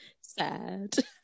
sad